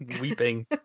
weeping